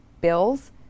bills